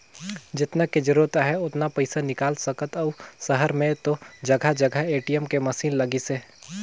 जेतना के जरूरत आहे ओतना पइसा निकाल सकथ अउ सहर में तो जघा जघा ए.टी.एम के मसीन लगिसे